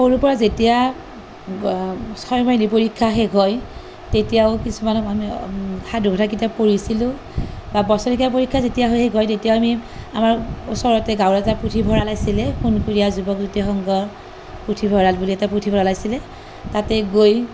সৰুৰ পৰা যেতিয়া ছয়মাহিলী পৰীক্ষা শেষ হয় তেতিয়াও কিছুমানে সাধু কথাৰ কিতাপ পঢ়িছিলোঁ বা বছৰেকীয়া পৰীক্ষা যেতিয়া শেষ হয় তেতিয়া আমি আমাৰ ওচৰতে গাঁৱৰে এটা পুথিভঁৰাল আছিলে সোণপুৰীয়া জীৱনজ্য়োতি সংঘ পুথিভঁৰাল বুলি এটা পুথিভঁৰাল আছিলে তাতেই গৈ